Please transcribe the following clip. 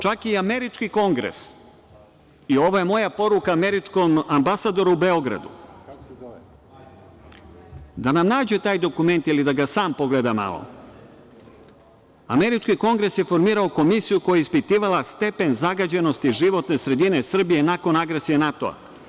Čak je i američki Kongres, ovo je moja poruka američkom ambasadoru u Beogradu, da nam nađe taj dokument ili da ga sam pogleda malo, formirao Komisiju koja je ispitivala stepen zagađenosti životne sredine Srbije nakon agresije NATO.